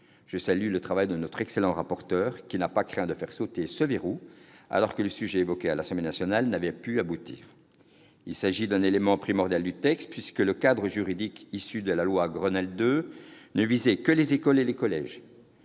cet égard, le travail de notre excellent rapporteur, qui n'a pas craint de faire sauter ce verrou, alors que la discussion sur ce point à l'Assemblée nationale n'avait pu aboutir. Il s'agit d'un élément primordial du texte, puisque le cadre juridique issu de la loi Grenelle II ne visait que les écoles et les collèges.